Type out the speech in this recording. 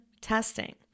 testing